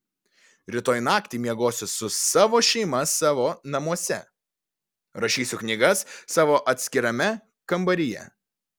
rytoj naktį miegosiu su savo šeima savo namuose rašysiu knygas savo atskirame kambaryje